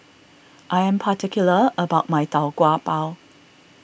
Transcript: I am particular about my Tau Kwa Pau